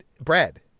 Brad